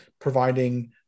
providing